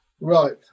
Right